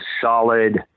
solid